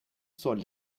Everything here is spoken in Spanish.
sol